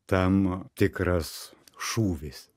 tam tikras šūvis